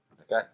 Okay